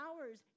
hours